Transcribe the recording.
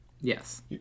Yes